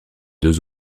deux